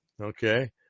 Okay